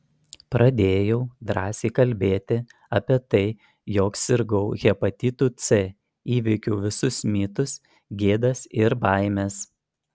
pradėjau drąsiai kalbėti apie tai jog sirgau hepatitu c įveikiau visus mitus gėdas ir baimes